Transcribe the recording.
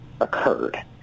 occurred